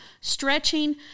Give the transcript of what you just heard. stretching